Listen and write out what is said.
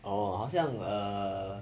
orh 好像 err